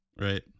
right